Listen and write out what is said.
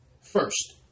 first